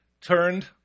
turned